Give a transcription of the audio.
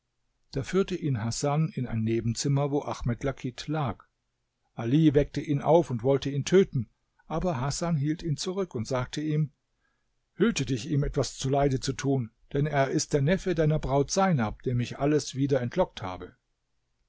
da führte ihn hasan in ein nebenzimmer wo ahmed lakit lag ali weckte ihn auf und wollte ihn töten aber hasan hielt ihn zurück und sagte ihm hüte dich ihm etwas zuleide zu tun denn er ist der neffe deiner braut seinab dem ich alles wieder entlockt habe